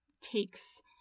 takes